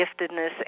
giftedness